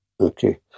okay